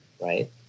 right